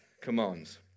commands